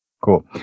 cool